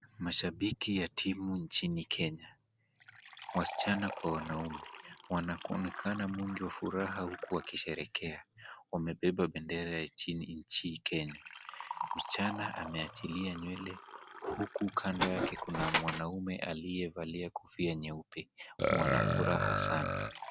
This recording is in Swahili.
Mashabiki ya timu nchini Kenya, wasichana kwa wanaume. Wanakoonekana mwingi wa furaha huku wakisherehekea. Wamebeba bendera ya nchi Kenya. Msichana amewachilia nywele huku kando yake kuna mwanaume aliyevalia kofia nyeupe. Wana furaha sana.